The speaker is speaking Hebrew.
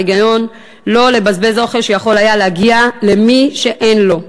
מההיגיון שלא לבזבז אוכל שיכול היה להגיע למי שאין לו.